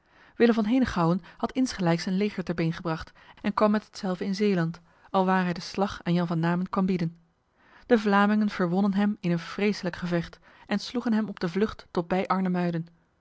willem van henegouwen had insgelijks een leger te been gebracht en kwam met hetzelve in zeeland alwaar hij de slag aan jan van namen kwam bieden de vlamingen verwonnen hem in een vreselijk gevecht en sloegen hem op de vlucht tot bij